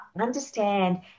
understand